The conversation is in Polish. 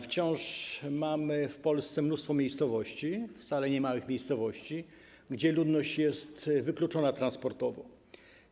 Wciąż mamy w Polsce mnóstwo miejscowości, wcale niemałych miejscowości, gdzie ludność jest wykluczona transportowo.